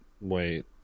Wait